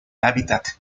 hábitat